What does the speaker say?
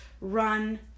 run